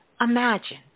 Imagine